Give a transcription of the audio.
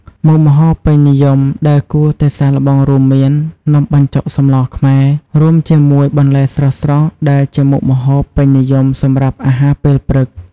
មុខម្ហូបពេញនិយមដែលគួរតែសាកល្បងរួមមាន នំបញ្ចុកសម្លរខ្មែរ រួមជាមួយបន្លែស្រស់ៗដែលជាមុខម្ហូបពេញនិយមសម្រាប់អាហារពេលព្រឹក។